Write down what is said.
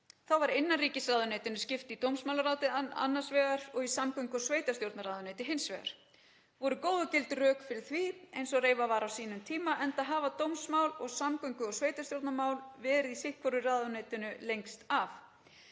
Þá var innanríkisráðuneytinu skipt í dómsmálaráðuneyti annars vegar og samgöngu- og sveitarstjórnarráðuneyti hins vegar. Voru góð og gild rök fyrir því, eins og reifað var á sínum tíma enda hafa dómsmál og samgöngu- og sveitarstjórnarmál verið í sitthvoru ráðuneytinu lengst af.